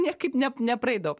niekaip ne nepraeidavo